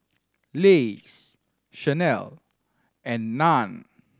Lays Chanel and Nan